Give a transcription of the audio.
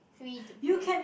free to play